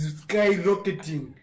skyrocketing